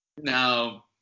Now